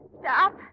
Stop